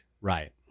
Right